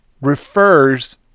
refers